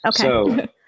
Okay